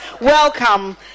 welcome